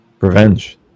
revenge